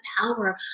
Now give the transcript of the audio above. power